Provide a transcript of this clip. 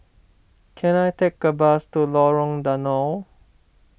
can I take a bus to Lorong Danau